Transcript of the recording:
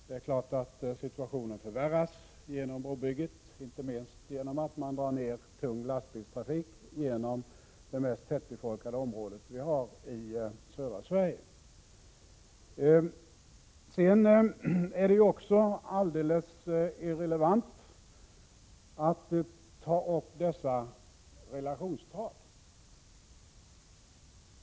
Det är klart att situationen kommer att förvärras genom brobygget, inte minst genom att man drar ned tung lastbilstrafik genom det mest tättbefolkade området i södra Sverige. Det är också alldeles irrelevant att ta upp de relationstal som kommunikationsministern nämnde.